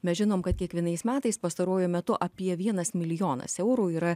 mes žinom kad kiekvienais metais pastaruoju metu apie vienas milijonas eurų yra